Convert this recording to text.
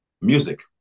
Music